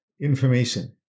information